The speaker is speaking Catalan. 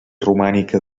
romànica